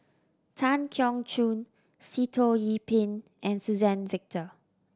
Tan Keong Choon Sitoh Yih Pin and Suzann Victor